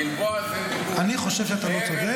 הגלבוע זה --- אני חושב שזה לא צודק,